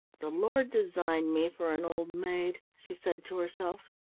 the lord designed me for an old maid, she said to herself.